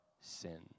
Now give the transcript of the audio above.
sin